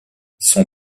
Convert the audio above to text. son